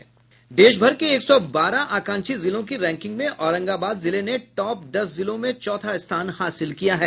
देश भर के एक सौ बारह आकांक्षी जिलों की रैंकिंग में औरंगाबाद जिले ने टाप दस जिलों में चौथा स्थान हासिल किया है